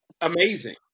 amazing